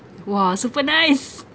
!wah! super nice